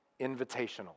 invitational